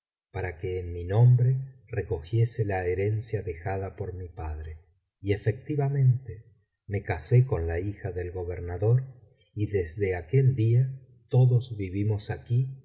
para que en mi nombre recogiese la herencia dejada por mi padre y efectivamente me casé con la hija del gobernador y desde aquel día todos vivimos aquí